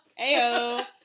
Ayo